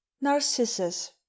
Narcissus